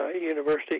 University